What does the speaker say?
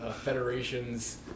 Federations